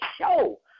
show